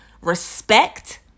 respect